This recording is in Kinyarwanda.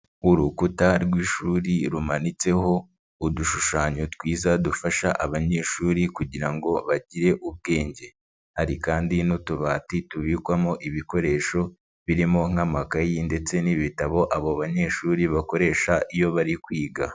Urukuta rw'ishuri rumanitseho udushushanyo twiza dufasha abanyeshuri kugirango bagire ubwenge, hari kandi n'utubati tubikwamo ibikoresho birimo nk'amakayi ndetse n'ibitabo abo banyeshuri bakoresha iyo bari kwiga.